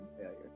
failure